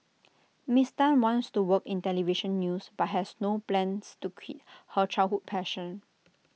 miss Tan wants to work in Television news but has no plans to quit her childhood passion